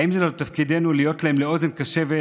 האם זה לא תפקידנו להיות להם לאוזן קשבת